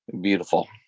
beautiful